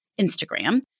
Instagram